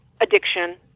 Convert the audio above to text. addiction